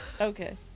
Okay